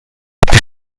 die